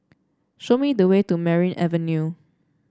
show me the way to Merryn Avenue